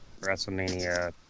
Wrestlemania